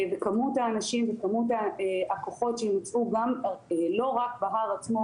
וכמות האנשים וכמות הכוחות שיוצבו לא רק בהר עצמו,